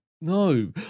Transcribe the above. No